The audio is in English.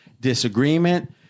disagreement